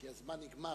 כי הזמן נגמר.